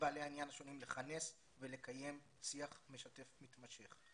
ובעלי העניין השונים לכנס ולקיים שיח משתף מתמשך.